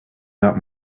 not